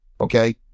Okay